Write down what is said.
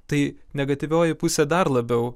tai negatyvioji pusė dar labiau